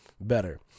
better